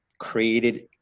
created